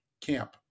camp